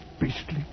beastly